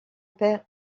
père